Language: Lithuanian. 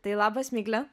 tai labas migle